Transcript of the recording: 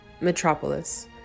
Metropolis